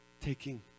taking